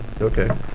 Okay